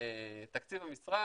תקציב המשרד.